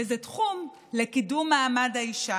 והוא התחום לקידום מעמד האישה.